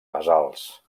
basals